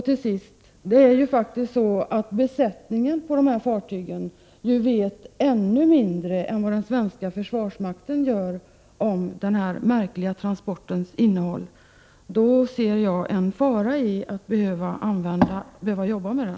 Till sist: Det är ju faktiskt så att besättningen på fartygen vet ännu mindre än den svenska försvarsmakten om denna märkliga transports innehåll, och då ser jag en fara i att personalen måste hantera den.